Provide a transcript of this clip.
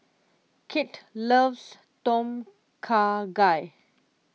Kit loves Tom Kha Gai